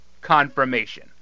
confirmation